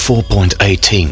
4.18